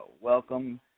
Welcome